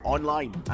Online